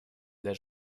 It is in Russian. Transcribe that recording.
для